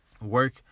work